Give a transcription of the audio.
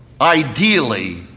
ideally